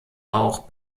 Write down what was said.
auch